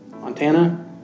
Montana